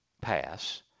pass